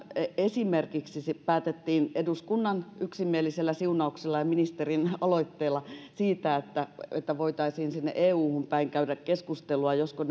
esimerkiksi päätettiin eduskunnan yksimielisellä siunauksella ja ministerin aloitteella siitä että että voitaisiin euhun päin käydä keskustelua josko